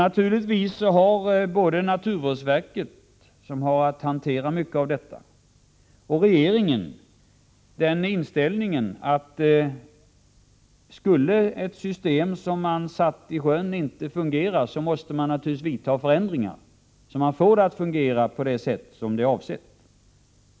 Naturligtvis har både naturvårdsverket, som har att hantera mycket av detta, och regeringen den inställningen att skulle ett system som man satt i sjön inte fungera, måste man naturligtvis göra förändringar, så att man får det att fungera på det sätt som är avsett.